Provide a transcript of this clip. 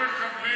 הם לא מקבלים,